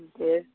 okay